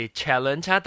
challenge